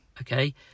okay